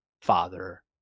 father